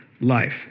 life